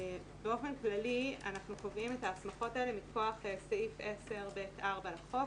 באופן כללי אנחנו קובעים את ההסמכות האלה מכוח סעיף 10(ב)(4) לחוק